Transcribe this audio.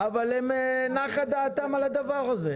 אבל נחה דעתם מהדבר הזה.